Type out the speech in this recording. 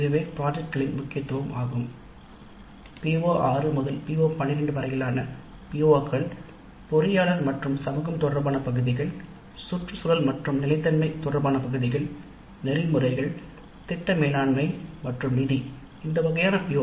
இதுவே பாக்கெட்களில் முக்கியத்துவம் ஆகும் PO6 முதல் PO12 வரையிலான PO கள் பொறியாளர் மற்றும் சமூகம் தொடர்பான பகுதிகள் சுற்றுச்சூழல் மற்றும் நிலைத்தன்மை தொடர்பான பகுதிகள் நெறிமுறைகள் திட்ட மேலாண்மை மற்றும் நிதி இந்த வகையான பி